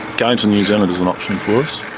going to new zealand is an option for us.